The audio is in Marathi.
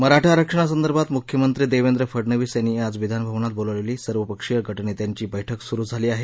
मराठा आरक्षणासंदर्भात मुख्यमंत्री देवेंद्र फडणवीस यांनी आज विधानभवनात बोलावलेली सर्वपक्षीय गटनेत्यांची बैठक सुरू झाली आहे